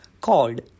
called